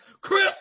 Chris